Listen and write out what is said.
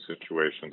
situations